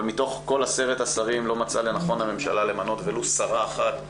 אבל מתוך כל עשרת השרים לא מצאה לנכון הממשלה למנות ולו שרה אחת.